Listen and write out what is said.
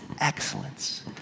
excellence